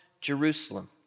Jerusalem